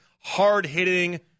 hard-hitting